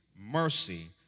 mercy